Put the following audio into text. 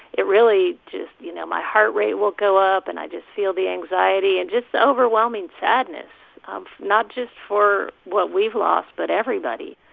it really just you know, my heart rate will go up, and i just feel the anxiety and just overwhelming sadness not just for what we've lost but everybody.